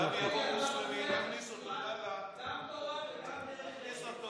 וצריך למצוא לו פתרון במדינת ישראל,